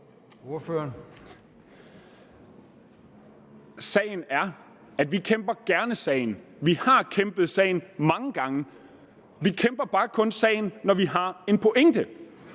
Sagen er, at vi kæmper gerne sagen. Vi har kæmpet sagen mange gange. Vi kæmper bare kun sagen, når vi har en pointe,